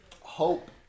Hope